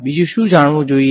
બીજું શું જાણવું જોઈએ